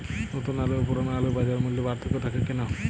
নতুন আলু ও পুরনো আলুর বাজার মূল্যে পার্থক্য থাকে কেন?